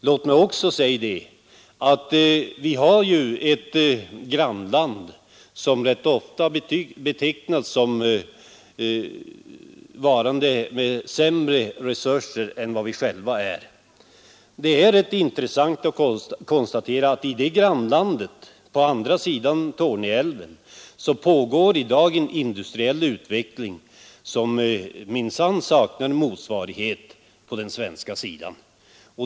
Låt mig också nämna att vi har ett grannland som rätt ofta sägs ha sämre resurser än vi själva. Det är intressant att konstatera att i det grannlandet, på andra sidan Torne älv, pågår det i dag en industriell utveckling som minsann saknar motsvarighet på den svenska sidan.